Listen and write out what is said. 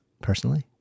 personally